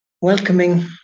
welcoming